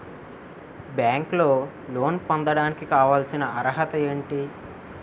బ్యాంకులో లోన్ పొందడానికి కావాల్సిన అర్హత ఏంటి?